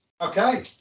Okay